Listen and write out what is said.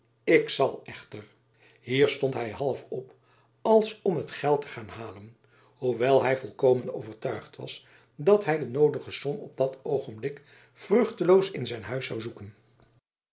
ik zal echter hier stond hy half op als om het geld te gaan halen hoewel hy volkomen overtuigd was dat hy de noodige som op dat oogenblik vruchteloos in zijn huis zoû zoeken